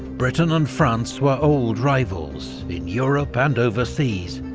britain and france were old rivals, in europe and overseas.